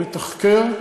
נתחקר,